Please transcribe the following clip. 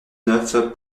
neuf